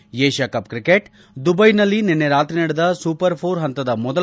ಇನ್ನು Asia Cup cricket ದುಬೈನಲ್ಲಿ ನಿನ್ನೆ ರಾತ್ರಿ ನಡೆದ ಸೂಪರ್ ಘೋರ್ ಹಂತದ ಮೊದಲ